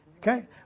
Okay